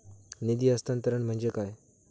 निधी हस्तांतरण म्हणजे काय?